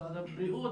משרד הבריאות,